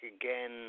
again